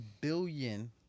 billion